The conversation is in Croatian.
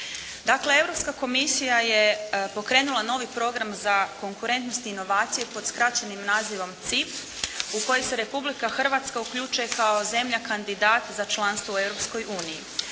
Dakle, Europska komisija je pokrenula novi program za konkurentnost i inovacije pod skraćenim nazivom CIP u koji se Republika Hrvatska uključuje kao zemlja kandidat za članstvo u